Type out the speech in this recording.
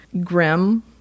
grim